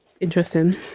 Interesting